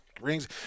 rings